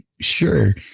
Sure